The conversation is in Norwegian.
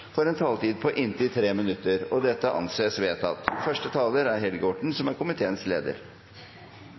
får en taletid på inntil 3 minutter. – Det anses vedtatt.